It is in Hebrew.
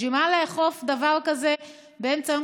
בשביל מה לאכוף דבר כזה באמצע היום,